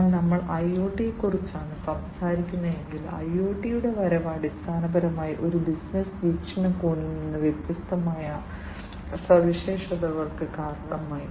അതിനാൽ നമ്മൾ IoT നെക്കുറിച്ചാണ് സംസാരിക്കുന്നതെങ്കിൽ IoT യുടെ വരവ് അടിസ്ഥാനപരമായി ഒരു ബിസിനസ്സ് വീക്ഷണകോണിൽ നിന്ന് വ്യത്യസ്തമായ സവിശേഷതകൾക്ക് കാരണമായി